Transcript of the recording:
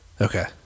Okay